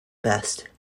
best